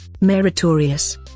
meritorious